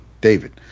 david